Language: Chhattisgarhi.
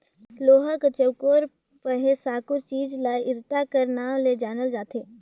लोहा कर चउकोर पहे साकुर चीज ल इरता कर नाव ले जानल जाथे